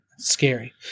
Scary